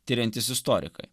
tiriantys istorikai